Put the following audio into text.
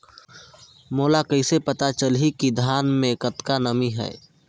मोला कइसे पता चलही की धान मे कतका नमी हे?